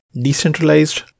decentralized